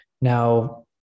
Now